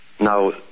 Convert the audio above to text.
Now